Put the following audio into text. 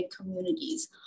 communities